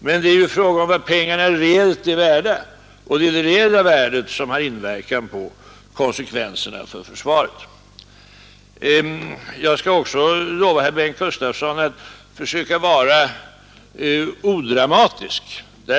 Men det är fråga om vad pengarna reellt är värda, som avgör konsekvenserna för försvaret. Jag skall också lova herr Bengt Gustavsson att försöka vara odramatisk.